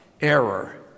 error